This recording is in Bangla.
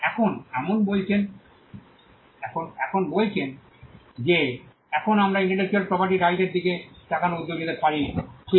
এখন এখন বলেছেন যে এখন আমরা ইন্টেলেকচুয়াল প্রপার্টির রাইটের দিকে তাকানোর উদ্যোগ নিতে পারি ঠিক